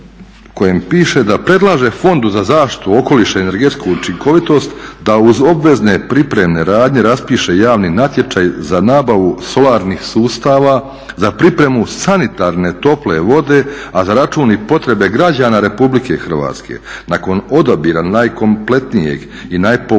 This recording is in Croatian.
kojem piše da predlaže Fondu za zaštitu okoliša i energetsku učinkovitost da uz obvezne pripremne radnje raspiše javni natječaj za nabavu solarnih sustava za pripremu sanitarne tople vode, a za račun i potrebe građana Republike Hrvatske. Nakon odabira najkompletnijeg i najpovoljnijeg